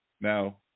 Now